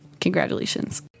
congratulations